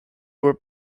were